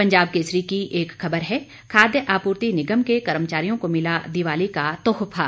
पंजाब कसेरी की एक खबर है खाद्य आपूर्ति निगम के कर्मचारियों को मिला दिवाली का तोहफा